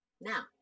Now